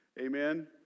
Amen